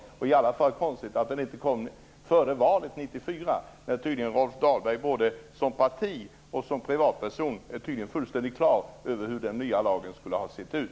Det är i alla fall konstigt att den inte kom före valet 1994. Både Moderaterna som parti och Rolf Dahlberg som privatperson är tydligen fullständigt klara över hur den nya lagen skulle ha sett ut.